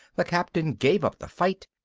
the captain gave up the fight,